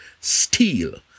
steal